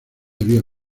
había